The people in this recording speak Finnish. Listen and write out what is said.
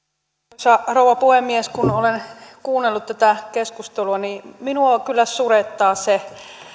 arvoisa rouva puhemies kun olen kuunnellut tätä keskustelua niin minua kyllä surettaa se